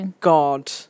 god